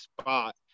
spot